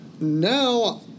Now